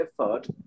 effort